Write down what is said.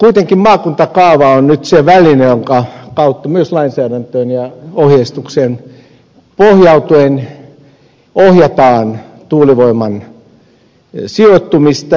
kuitenkin maakuntakaava on se väline jonka kautta myös lainsäädäntöön ja ohjeistukseen pohjautuen ohjataan tuulivoiman sijoittumista